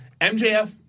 MJF